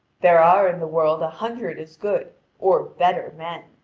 there are in the world a hundred as good or better men.